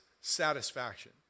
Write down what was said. satisfaction